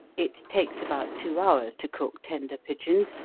it takes about two hours to cook tender pigeons,